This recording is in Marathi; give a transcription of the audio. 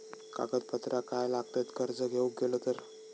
कागदपत्रा काय लागतत कर्ज घेऊक गेलो तर?